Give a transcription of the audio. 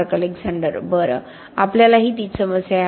mark Alexander बरं आपल्यालाही तीच समस्या आहे